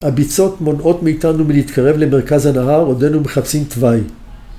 הביצות מונעות מאיתנו מלהתקרב למרכז הנהר, עודנו מחפשים תוואי.